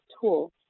tool